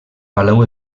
palau